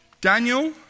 Daniel